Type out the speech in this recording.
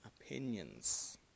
Opinions